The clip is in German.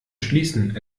schließen